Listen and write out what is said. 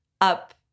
up